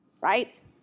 right